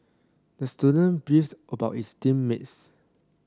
the student beefs about his team mates